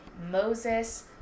Moses